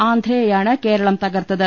ആന്ധ്രയെയാണ് കേരളം തകർത്തത്